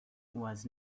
was